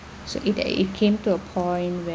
so if it came to a point